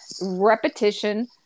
repetition